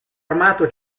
armato